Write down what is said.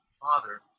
father